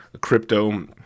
crypto